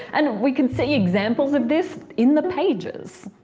and we can see examples of this in the pages!